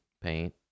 paint